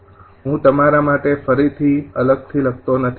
હું તમારા માટે ફરીથી અલગથી લખતો નથી